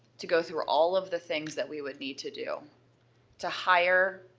to go through all of the things that we would need to do to hire,